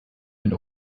den